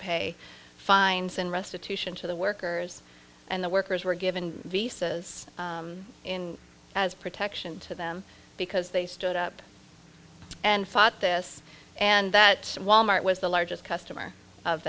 pay fines and restitution to the workers and the workers were given visas in as protection to them because they stood up and fought this and that wal mart was the largest customer of